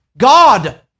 God